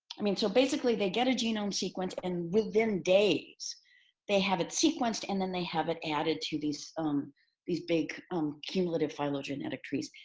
i mean, so basically they get a genome sequence and within days they have it sequenced and then they have it added to these um these big um cumulative phylogenetic trees.